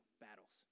battles